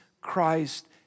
Christ